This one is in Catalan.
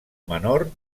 menor